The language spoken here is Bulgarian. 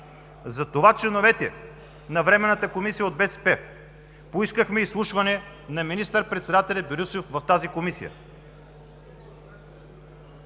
Затова членовете на Временната комисия от БСП поискахме изслушване на министър-председателя Борисов в Комисията.